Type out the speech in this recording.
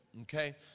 Okay